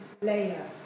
layer